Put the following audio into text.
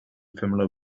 familiar